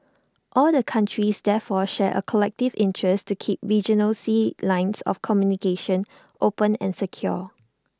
all countries therefore share A collective interest to keep regional sea lines of communication open and secure